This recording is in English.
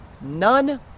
None